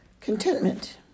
contentment